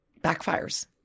backfires